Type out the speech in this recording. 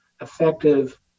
effective